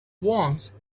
once